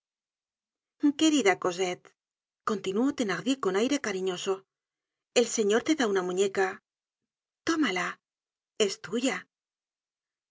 w querida cosette continuó thenardier con aire cariñoso el señor te da una muñeca tómala es tuya